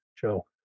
Joe